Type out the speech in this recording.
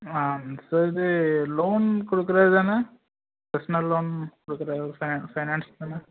ஆமா சார் இது லோன் கொடுக்குறது தானே பர்சனல் லோன் கொடுக்குற பைனான்ஸ் தானே